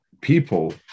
people